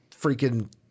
freaking